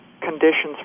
conditions